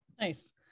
Nice